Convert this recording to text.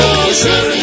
ocean